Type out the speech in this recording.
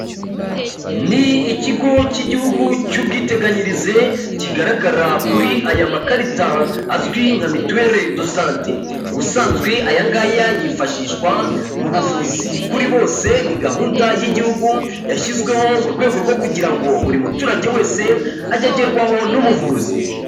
Ni ikigo cy'igihugu cy'ubwiteganyirize kigaragara kuri aya makarita azwi nka mituwere desante, ubusanzwe aya ngaya yifashishwa mu buvuzi kuri bose, ni gahunda y'igihugu yashyizweho mu rwego rwo kugira ngo buri muturage wese age agerwaho n'ubuvuzi.